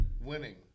Winning